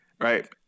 Right